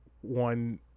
one